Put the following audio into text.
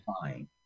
fine